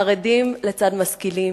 חרדים לצד משכילים.